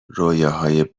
رویاهای